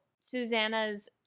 Susanna's